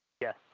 Yes